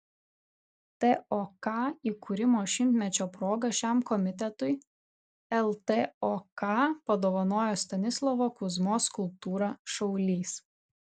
tok įkūrimo šimtmečio proga šiam komitetui ltok padovanojo stanislovo kuzmos skulptūrą šaulys